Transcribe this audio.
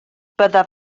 byddaf